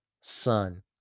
Son